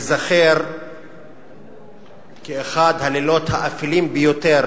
ייזכר כאחד הלילות האפלים ביותר